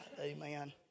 Amen